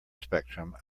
spectrum